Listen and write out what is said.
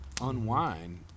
unwind